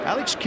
Alex